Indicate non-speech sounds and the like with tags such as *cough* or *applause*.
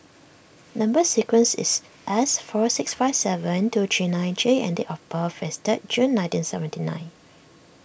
*noise* Number Sequence is S *noise* four six five seven two three nine J and of birth is third June nineteen seventy nine